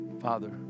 Father